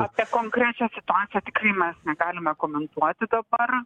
apie konkrečią situaciją tikrai mes negalime komentuoti dabar